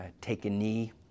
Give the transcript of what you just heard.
take-a-knee